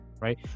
Right